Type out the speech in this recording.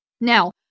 Now